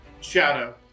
shadow